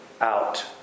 out